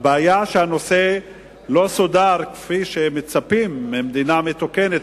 הבעיה היא שהנושא לא סודר כפי שמצפים ממדינה מתוקנת,